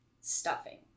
stuffing